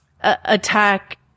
attack